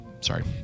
Sorry